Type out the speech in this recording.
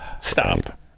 Stop